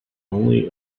only